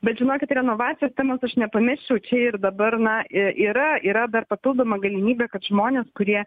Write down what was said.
bet žinokit renovacijos temos aš nepamesiu čia ir dabar na yra yra dar papildoma galimybė kad žmonės kurie